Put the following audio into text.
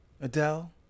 Adele